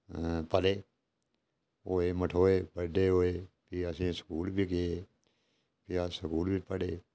पले होए मठोए बड्डे होए फ्ही असें स्कूल बी गे फ्ही अस स्कूल बी पढ़े